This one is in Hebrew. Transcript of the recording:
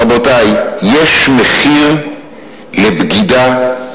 רבותי, יש מחיר לבגידה,